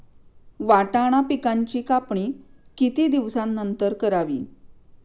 वाटाणा पिकांची कापणी किती दिवसानंतर करावी?